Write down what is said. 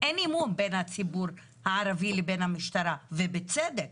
בין הציבור הערבי לבין המשטרה, ובצדק.